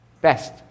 best